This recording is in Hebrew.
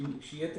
כשיהיה תקציב,